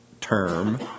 term